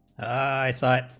i saw